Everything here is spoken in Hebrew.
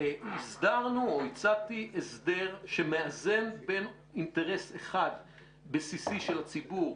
הסדרנו או הצעתי הסדר שמאזן בין אינטרס אחד בסיסי של הציבור,